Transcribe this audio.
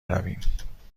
برویم